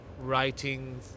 writing